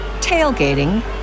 tailgating